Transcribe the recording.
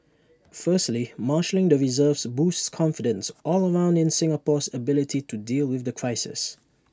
firstly marshalling the reserves boosts confidence all around in Singapore's ability to deal with the crisis